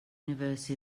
universe